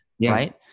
Right